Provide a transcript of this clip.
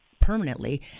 permanently